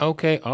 Okay